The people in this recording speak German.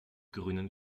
grünen